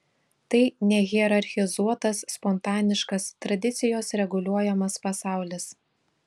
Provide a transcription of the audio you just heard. tai nehierarchizuotas spontaniškas tradicijos reguliuojamas pasaulis